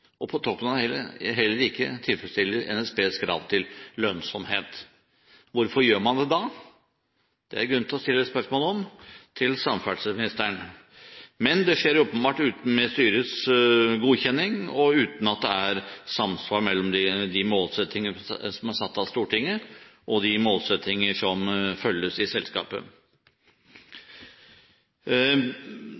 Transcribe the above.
heller ikke tilfredsstiller NSBs krav til lønnsomhet. Hvorfor gjør man det da? Det er det grunn til å stille spørsmål om til samferdselsministeren. Men det skjer åpenbart med styrets godkjenning og uten at det er samsvar mellom de målsettinger som er satt av Stortinget, og de målsettinger som følges i selskapet.